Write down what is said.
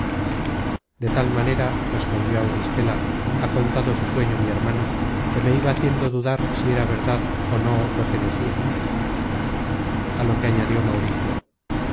de tal manera respondió auristela ha contado su sueño mi hermano que me iba haciendo dudar si era verdad ó no lo que decia a lo que añadió mauricio